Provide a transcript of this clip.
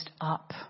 up